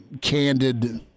candid –